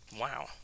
Wow